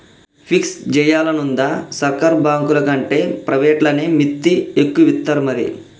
fix జేయాలనుందా, సర్కారు బాంకులకంటే ప్రైవేట్లనే మిత్తి ఎక్కువిత్తరు మరి